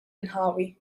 inħawi